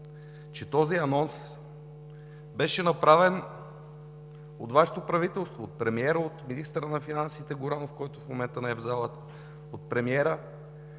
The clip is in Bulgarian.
че този анонс беше направен от Вашето правителство – от премиера, от министъра на финансите Горанов, който в момента не е в залата,